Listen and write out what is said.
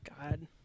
God